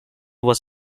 was